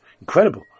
incredible